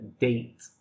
date